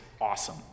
awesome